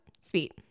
sweet